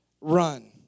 run